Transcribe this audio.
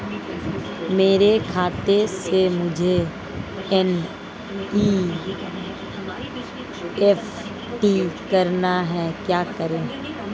मेरे खाते से मुझे एन.ई.एफ.टी करना है क्या करें?